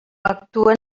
actuen